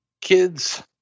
Kids